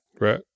Right